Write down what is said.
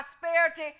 prosperity